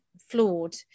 flawed